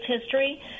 history